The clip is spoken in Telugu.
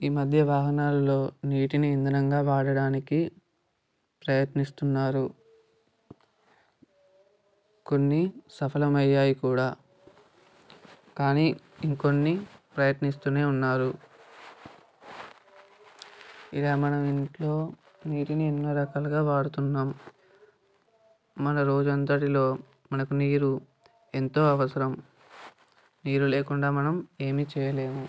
ఈమధ్య వాహనాల్లో నీటిని ఇంధనంగా వాడటానికి ప్రయత్నిస్తున్నారు కొన్ని సఫలమయ్యాయి కూడా కానీ ఇంకొన్ని ప్రయత్నిస్తూనే ఉన్నారు ఇలా మనం ఇంట్లో నీటిని ఎన్నో రకాలుగా వాడుతున్నాము మన రోజు అంతటిలో మనకు నీరు ఎంతో అవసరం నీరు లేకుండా మనం ఏమీ చేయలేము